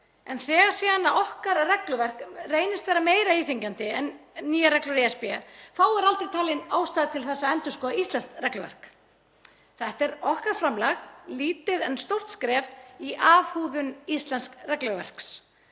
en þegar okkar regluverk reynist síðan vera meira íþyngjandi en nýjar reglur ESB þá er aldrei talin ástæða til þess að endurskoða íslenskt regluverk. Þetta er okkar framlag, lítið en stórt skref í afhúðun íslensks regluverks.